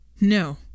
No